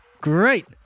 great